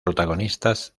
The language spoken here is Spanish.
protagonistas